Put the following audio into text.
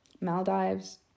Maldives